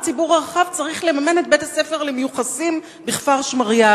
הציבור הרחב צריך לממן את בית-הספר למיוחסים של כפר-שמריהו.